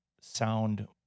sound